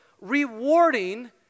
rewarding